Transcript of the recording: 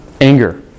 anger